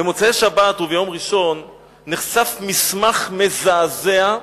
במוצאי-שבת וביום ראשון נחשף מסמך מזעזע,